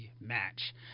match